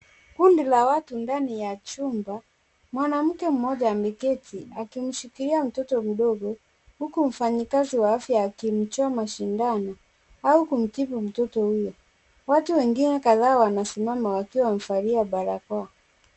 Kundi la watu ndani ya chumba. Mwanamke mmoja ameketi akimshikilia mtoto huku mfanyikazi wa afya akimchoma sindano au kumtibu mtoto huyo. Watu wengine kadhaa wanasimama wakiwa wamevalia barakoa.